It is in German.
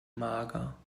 mager